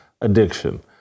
addiction